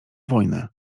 wojnę